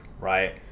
right